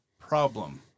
problem